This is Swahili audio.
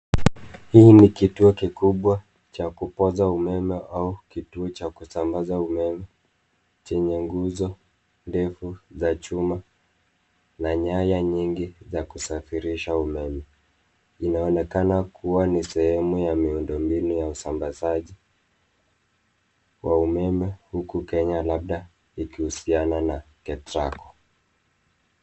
Hii ni kituo kikubwa cha kupoza umeme au kituo cha kusambaza umeme chenye nguzo ndefu za chuma na nyaya nyingi za kusafirisha umeme. Inaonekana kuwa ni sehemu ya miundombinu ya usambazaji wa umeme huku Kenya labda ikihusiana na Ketraco.